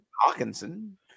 Hawkinson